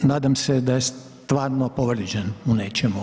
Nadam se da je stvarno povrijeđen u nečemu.